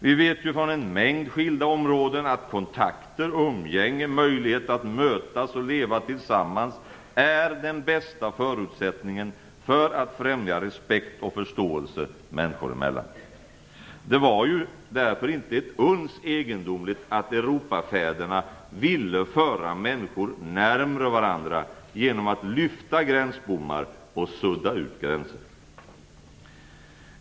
Vi vet från en mängd skilda områden att kontakter, umgänge, möjlighet att mötas och leva tillsammans är den bästa förutsättningen för att främja respekt och förståelse människor emellan. Det var ju därför inte ett uns egendomligt att Europafäderna ville föra människor närmare varandra genom att lyfta gränsbommar och sudda ut gränser.